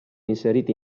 inseriti